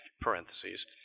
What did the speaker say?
parentheses